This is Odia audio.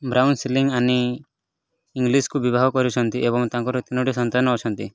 ବ୍ରାଉନ୍ ଶିର୍ଲି ଆନି ଇଙ୍ଗ୍ଲିସ୍ଙ୍କୁ ବିବାହ କରିଛନ୍ତି ଏବଂ ତାଙ୍କର ତିନୋଟି ସନ୍ତାନ ଅଛନ୍ତି